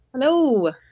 Hello